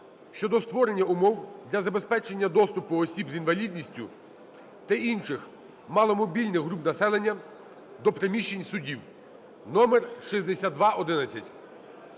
щодо створення умов для забезпечення доступу осіб з інвалідністю та інших маломобільних груп населення до приміщень судів (№ 6211).